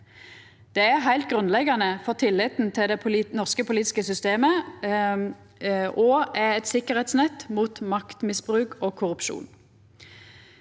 Det er heilt grunnleggjande for tilliten til det norske politiske systemet og er eit sikkerheitsnett mot maktmisbruk og korrupsjon.